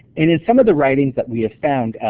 and in some of the writings that we have found,